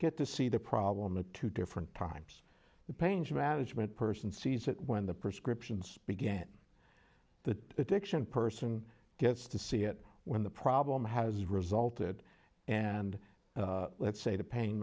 get to see the problem of two different times the pain of outage meant person sees that when the prescriptions began the addiction person gets to see it when the problem has resulted and let's say the pain